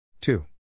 two